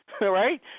right